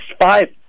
five